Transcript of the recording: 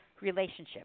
Relationship